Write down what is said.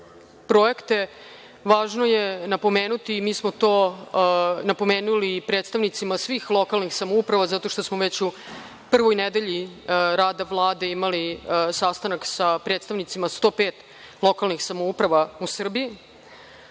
projekte važno je napomenuti, mi smo to napomenuli i predstavnicima svih lokalnih samouprava zato što smo već u prvoj nedelji rada Vlade imali sastanak sa predstavnicima 105 lokalnih samouprava u Srbiji.